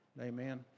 Amen